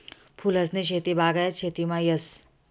फूलसनी शेती बागायत शेतीमा येस